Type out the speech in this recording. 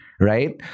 right